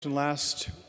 last